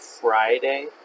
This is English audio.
Friday